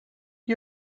you